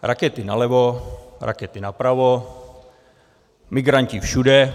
Rakety nalevo, rakety napravo, migranti všude.